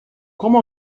como